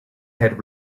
had